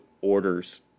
orders